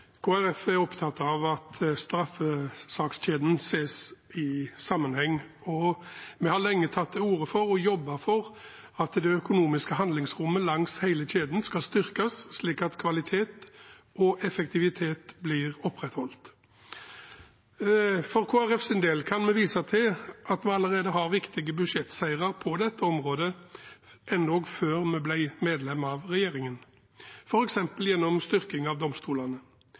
opptatt av at straffesakskjeden ses i sammenheng, og vi har lenge tatt til orde for og jobbet for at det økonomiske handlingsrommet langs hele kjeden skal styrkes, slik at kvalitet og effektivitet blir opprettholdt. For Kristelig Folkepartis del kan vi vise til at vi allerede har viktige budsjettseire på dette området, endog før vi ble medlem av regjeringen, f.eks. gjennom styrking av domstolene.